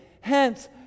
Hence